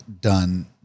done